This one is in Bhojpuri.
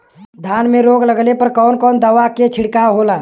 धान में रोग लगले पर कवन कवन दवा के छिड़काव होला?